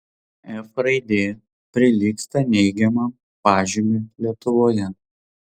f raidė prilygsta neigiamam pažymiui lietuvoje